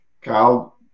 Kyle